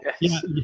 Yes